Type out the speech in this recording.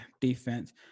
defense